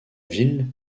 ville